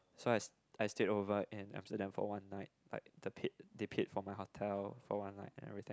so I I stayed over at Amsterdam for one night like the paid they paid for my hotel for one night everything